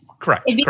Correct